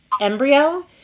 Embryo